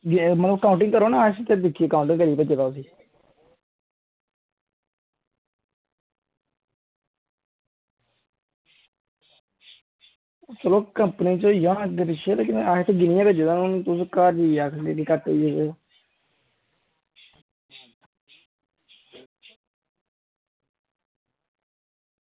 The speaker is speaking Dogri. मतलब काऊंटिंग करो ना फिर दिक्खियै काऊंटिंग करियै भेज्जे दा उस्सी चलो कंपनी च होई गेआ होना अग्गें पिच्छें लेकिन असें ते गिनियै भेज्जे दे हां हून तुस घर जाइयै आक्खगे केह् घट्ट होई गेदे